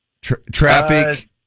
traffic